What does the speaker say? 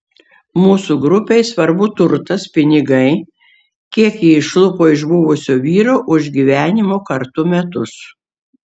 mūsų grupei svarbu turtas pinigai kiek ji išlupo iš buvusio vyro už gyvenimo kartu metus